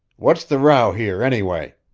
what's the row here, anyway?